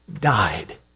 died